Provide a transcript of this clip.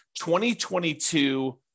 2022